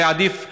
ועדיף היום,